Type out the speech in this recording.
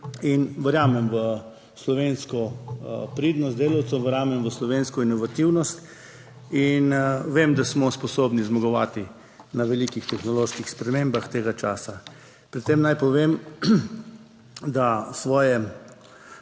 in verjamem v slovensko pridnost delavcev, verjamem v slovensko inovativnost in vem, da smo sposobni zmagovati na velikih tehnoloških spremembah tega časa. Pri tem naj povem, da svoje